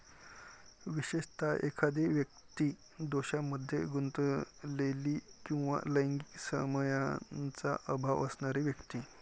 विशेषतः, एखादी व्यक्ती दोषांमध्ये गुंतलेली किंवा लैंगिक संयमाचा अभाव असणारी व्यक्ती